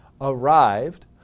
arrived